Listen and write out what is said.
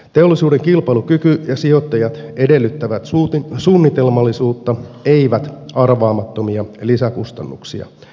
teollisuuden kilpailukyky ja sijoittajat edellyttävät suunnitelmallisuutta eivät arvaamattomia lisäkustannuksia